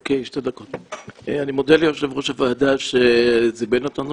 אני מודה ליושב ראש הוועדה שזימן אותנו